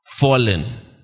fallen